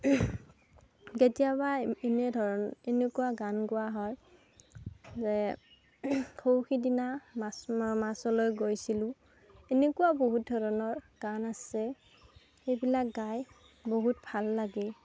কেতিয়াবা এনেধৰণৰ এনেকুৱা গান গোৱা হয় যে সৌ সিদিনা মাছ বা মাছলৈ গৈছিলোঁ তেনেকুৱা বহুত ধৰণৰ গান আছে সেইবিলাক গাই বহুত ভাল লাগে